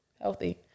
healthy